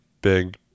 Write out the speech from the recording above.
big